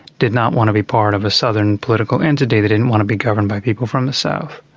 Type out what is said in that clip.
did not want to be part of a southern political entity they didn't want to be governed by people from the south.